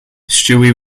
stewie